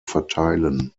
verteilen